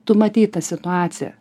tu matei tą situaciją